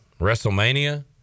wrestlemania